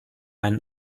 einen